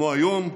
כמו היום,